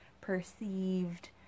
perceived